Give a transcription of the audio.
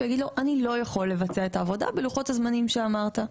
ויגיד לו: אני לא יכול לבצע את העבודה בלוחות הזמנים שאמרת.